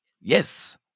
Yes